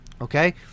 Okay